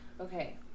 Okay